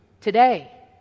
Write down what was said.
today